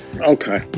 Okay